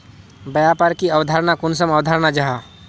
व्यापार की अवधारण कुंसम अवधारण जाहा?